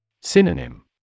synonym